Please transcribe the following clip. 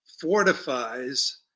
fortifies